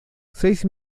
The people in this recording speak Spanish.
seis